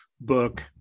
book